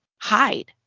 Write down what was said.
hide